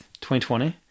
2020